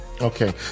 okay